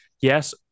Yes